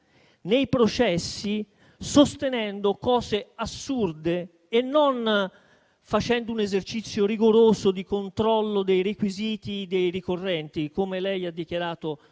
nei processi sostenendo cose assurde e non facendo un esercizio rigoroso di controllo dei requisiti dei ricorrenti, come lei ha dichiarato sulla